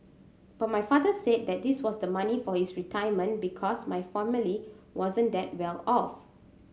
but my father said that that was the money for his retirement because my family wasn't that well off